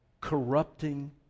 Corrupting